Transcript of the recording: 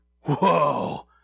Whoa